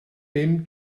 bum